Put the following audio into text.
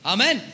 Amen